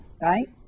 right